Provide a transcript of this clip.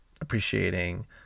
Appreciating